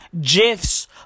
gifs